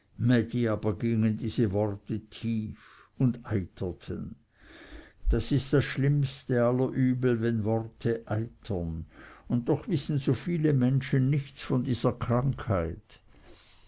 diese worte tief und eiterten das ist das schlimmste aller übel wenn worte eitern und doch wissen so viele menschen nichts von dieser krankheit